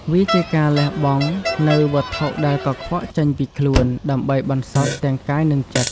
វាជាការលះបង់នូវវត្ថុដែលកខ្វក់ចេញពីខ្លួន ដើម្បីបន្សុទ្ធទាំងកាយនិងចិត្ត។